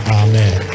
amen